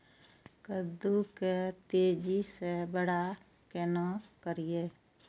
कद्दू के तेजी से बड़ा केना करिए?